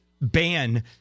ban